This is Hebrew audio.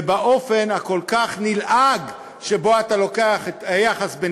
ובאופן הכל-כך נלעג שבו אתה לוקח את היחס בין